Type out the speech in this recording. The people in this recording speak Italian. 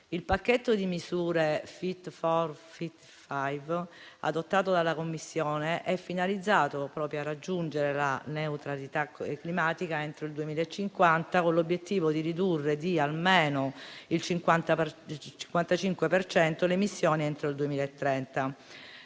Il pacchetto di misure "Fit for 55", adottato dalla Commissione, è finalizzato proprio a raggiungere la neutralità climatica entro il 2050, con l'obiettivo di ridurre di almeno il 55 per cento le emissioni entro il 2030.